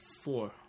four